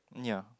ya